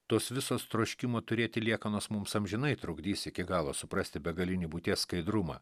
tos visos troškimo turėti liekanos mums amžinai trukdys iki galo suprasti begalinį būties skaidrumą